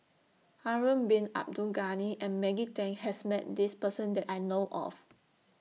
Harun Bin Abdul Ghani and Maggie Teng has Met This Person that I know of